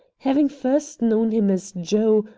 having first known him as joe,